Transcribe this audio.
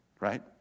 right